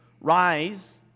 rise